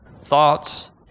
thoughts